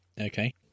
Okay